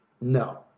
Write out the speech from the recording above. No